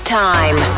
time